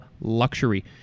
Luxury